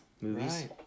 movies